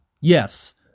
yes